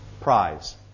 prize